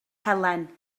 helen